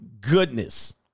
goodness